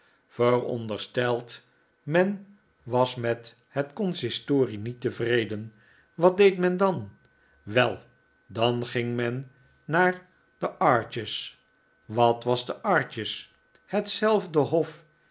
verondersteld men was met het consistorie niet tevreden wat deed men dan wei dan ging men naar de arches wat was de arches hetzelfde hof